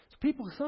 People